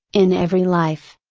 in every life.